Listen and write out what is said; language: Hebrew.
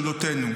בתולדותינו.